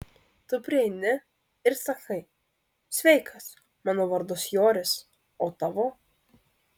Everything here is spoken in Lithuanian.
tu prieini ir sakai sveikas mano vardas joris o tavo